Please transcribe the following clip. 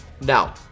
Now